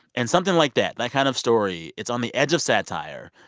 and something like that, that kind of story, it's on the edge of satire,